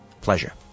Pleasure